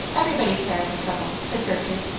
everybody's hair is a trouble, said gertrude.